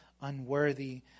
unworthy